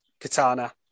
Katana